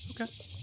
okay